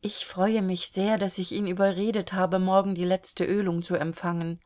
ich freue mich sehr daß ich ihn überredet habe morgen die letzte ölung zu empfangen